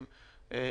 אפי,